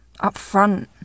upfront